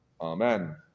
Amen